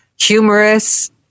humorous